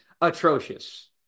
atrocious